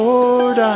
Lord